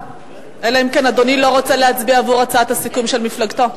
אלא אם כן אדוני לא רוצה להצביע עבור הצעת הסיכום של מפלגתו.